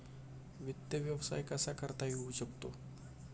वित्त व्यवसाय कसा करता येऊ शकतो?